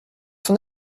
son